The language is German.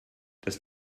das